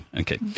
okay